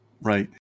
Right